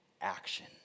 action